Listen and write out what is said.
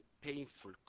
painful